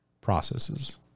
processes